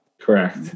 Correct